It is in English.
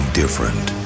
different